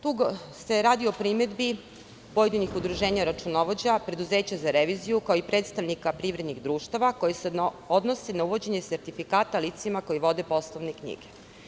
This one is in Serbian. Tu se radi o primedbi pojedinih udruženja računovođa, preduzeća za reviziju kao i predstavnika privrednih društava koje se odnose na uvođenje sertifikata licima koje vode poslovne knjige.